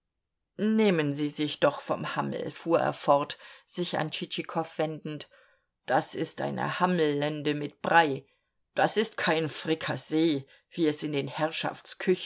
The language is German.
nehmen sie sich doch vom hammel fuhr er fort sich an tschitschikow wendend das ist eine hammellende mit brei das ist kein frikassee wie es in den